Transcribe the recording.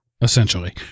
essentially